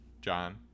John